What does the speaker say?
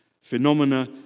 Phenomena